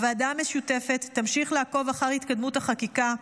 הוועדה המשותפת תמשיך לעקוב אחר התקדמות החקיקה,